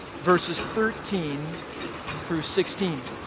verses thirteen through sixteen.